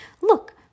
Look